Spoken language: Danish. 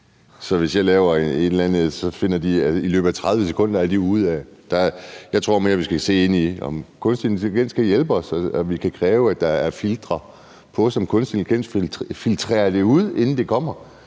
Hvis jeg laver et eller andet, er de ude af det i løbet af 30 sekunder. Jeg tror mere, vi skal kigge ind i, om kunstig intelligens kan hjælpe os, og om vi kan kræve, at der er filtre på, sådan at kunstig intelligens kan filtrere det fra, inden det kommer